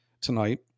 tonight